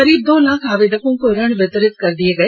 करीब दो लाख आवेदकों को ऋण वितरित कर दिए गए